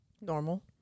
normal